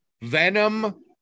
Venom